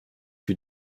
für